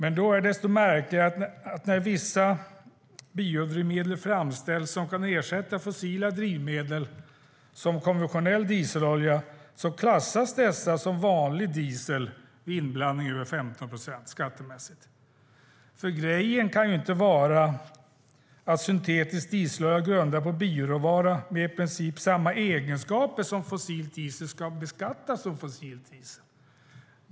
Då är det desto märkligare att vissa biodrivmedel som framställs och som kan ersätta fossila drivmedel, till exempel dieselolja, skattemässigt klassas som vanlig diesel vid inblandning över 15 procent. Grejen kan inte vara att syntetisk dieselolja grundad på bioråvara med i princip samma egenskaper som fossil diesel ska beskattas som fossil diesel.